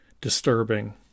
disturbing